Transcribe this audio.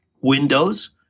windows